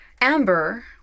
Amber